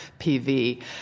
PV